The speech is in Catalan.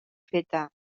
feta